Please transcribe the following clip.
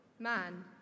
Man